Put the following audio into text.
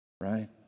Right